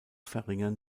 verringern